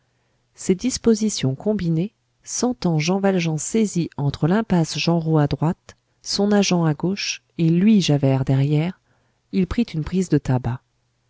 ces dispositions combinées sentant jean valjean saisi entre l'impasse genrot à droite son agent à gauche et lui javert derrière il prit une prise de tabac